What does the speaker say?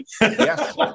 Yes